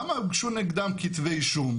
כמה הוגשו נגדם כתבי אישום?